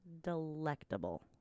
delectable